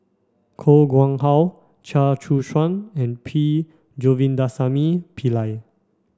Koh Nguang How Chia Choo Suan and P Govindasamy Pillai